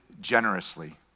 generously